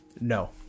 No